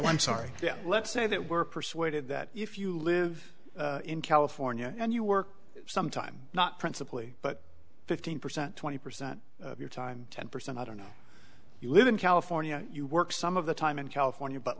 ethical i'm sorry let's say that were persuaded that if you live in california and you work some time not principally but fifteen percent twenty percent of your time ten percent i don't know you live in california you work some of the time in california but